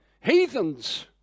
heathens